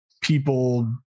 people